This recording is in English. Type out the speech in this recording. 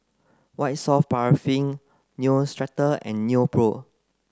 white soft paraffin Neostrata and Nepro